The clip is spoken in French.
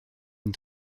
une